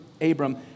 Abram